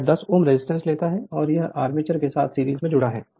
यह 10 Ω रेजिस्टेंस लेता है और यह आर्मेचर के साथ सीरीज में जुड़ा हुआ है